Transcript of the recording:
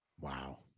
Wow